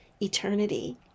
eternity